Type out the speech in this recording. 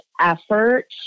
effort